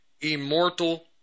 immortal